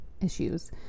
issues